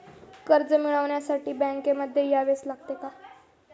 कर्ज मिळवण्यासाठी बँकेमध्ये यावेच लागेल का?